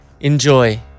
Enjoy